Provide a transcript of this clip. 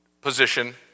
position